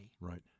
Right